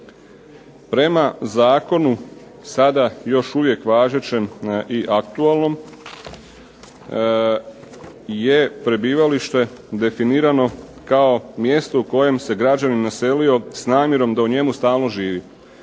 Prema zakonu sada još uvijek važećem i aktualnom je prebivalište definirano kao mjesto u kojem se građanin naselio s namjerom da u njemu stalno živi.